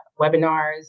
webinars